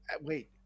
Wait